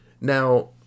Now